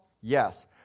Yes